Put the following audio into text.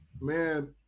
man